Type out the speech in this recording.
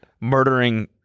murdering